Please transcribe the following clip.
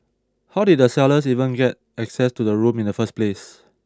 how did the sellers even get access to the room in the first place